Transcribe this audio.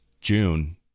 June